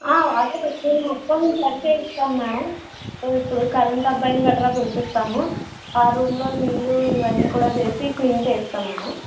అదే పనిచేయిస్తాను మేడం ఇప్పుడు కరెంటబ్బాయిని గట్రా పిలిపిస్తాను ఆ రూమ్లో నీళ్లు ఇవన్నీ కూడా చేసి క్లీన్ చేయిస్తాం మేడం